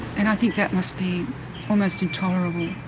and i think that must be almost intolerable.